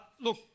Look